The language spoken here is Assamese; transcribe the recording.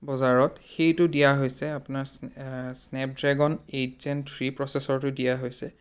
বজাৰত সেইটো দিয়া হৈছে আপোনাৰ স্নে স্নেপড্ৰেগন এইচ এন থ্ৰী প্ৰচেছৰটো দিয়া হৈছে